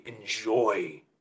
enjoy